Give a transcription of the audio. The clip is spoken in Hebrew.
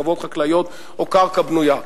חוות חקלאיות או קרקע בנויה.